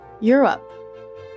Europe